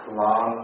long